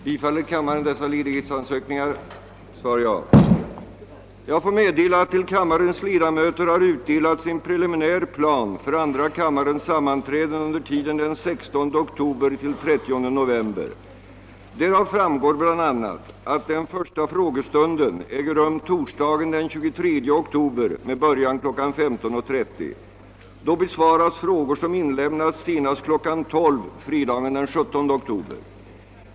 Till kammarens ledamöter har utdelats en preliminär plan för andra kammarens sammanträden under tiden den 16 oktober—30 november. Därav framgår bland annat att den första frågestunden äger rum torsdagen den 23 oktober med början kl. 15.30. Då besvaras frågor som inlämnats senast kl. 12.00 fredagen den 17 oktober.